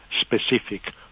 specific